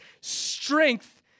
strength